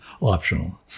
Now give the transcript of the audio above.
optional